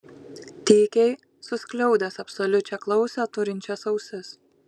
tykiai suskliaudęs absoliučią klausą turinčias ausis